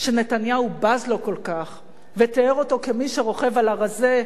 שנתניהו בז לו כל כך ותיאר אותו כמי שרוכב על "הרזה",